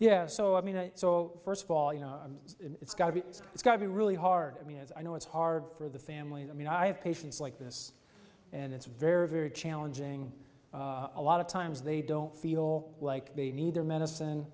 yes so i mean so first of all you know it's got to be it's got to be really hard i mean as i know it's hard for the family i mean i have patients like this and it's very very challenging a lot of times they don't feel like they need their medicine